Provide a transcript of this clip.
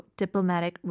diplomatic